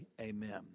Amen